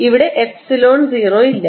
ഇവിടെ എപ്സിലോൺ 0 ഇല്ല